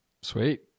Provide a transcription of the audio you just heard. Sweet